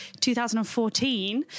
2014